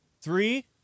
Three